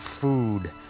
food